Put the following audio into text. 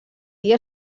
dia